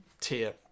tier